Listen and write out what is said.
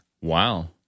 Wow